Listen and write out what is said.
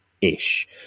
ish